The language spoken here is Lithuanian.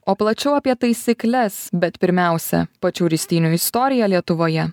o plačiau apie taisykles bet pirmiausia pačių ristynių istoriją lietuvoje